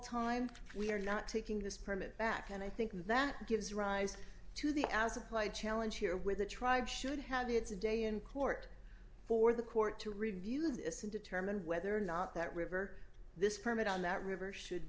time we're not taking this permit back and i think that gives rise to the as applied challenge here where the tribe should have a it's a day in court for the court to review this and determine whether or not that river this permit on that river should